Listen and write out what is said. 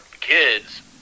kids